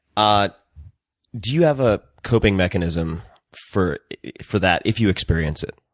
ah but do you have a coping mechanism for for that, if you experience it?